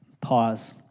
pause